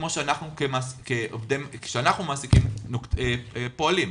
כמו שאנחנו כמעסיקים פועלים.